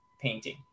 painting